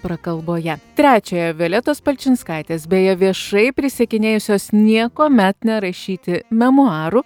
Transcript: prakalboje trečiąją violetos palčinskaitės beje viešai prisiekinėjusios niekuomet nerašyti memuarų